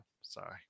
Sorry